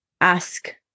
ask